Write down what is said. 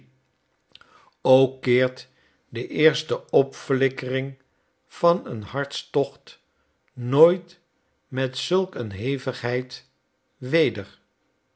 ook keert de eerste opflikkering van een hartstocht nooit met zulk een hevigheid weder